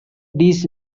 these